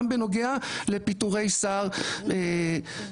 גם בנוגע לפיטורי שר ספציפי,